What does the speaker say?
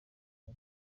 bya